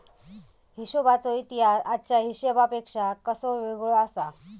हिशोबाचो इतिहास आजच्या हिशेबापेक्षा कसो वेगळो आसा?